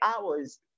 hours